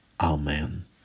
Amen